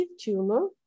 tumor